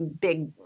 big